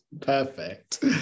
Perfect